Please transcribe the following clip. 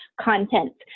content